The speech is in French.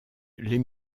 les